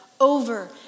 over